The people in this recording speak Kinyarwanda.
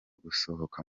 gusohoka